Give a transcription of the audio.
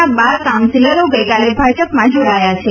ના બાર કાઉન્સીલરો ગઇકાલે ભાજપમાં જોડાયા છે